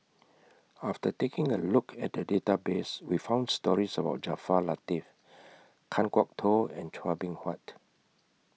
after taking A Look At The Database We found stories about Jaafar Latiff Kan Kwok Toh and Chua Beng Huat